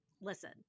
listen